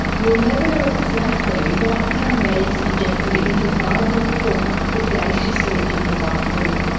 we'll never know exactly what paramedics injected into barbara cook the day she slipped in her bathroom.